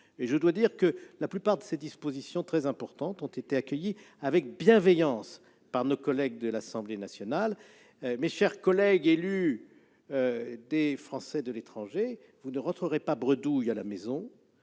mixte paritaire. Et la plupart de ces dispositions très importantes ont été accueillies avec bienveillance par nos collègues de l'Assemblée nationale. Mes chers collègues élus des Français de l'étranger, vous ne rentrerez pas bredouilles à la maison